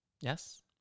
Yes